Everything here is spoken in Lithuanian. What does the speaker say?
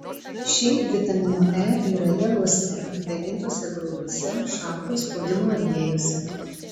šiaip vitamino e yra javuose daigintuose grūduose šalto spaudimo aliejuose